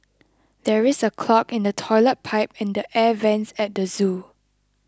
there is a clog in the Toilet Pipe and the Air Vents at the zoo